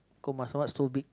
because my stomach so big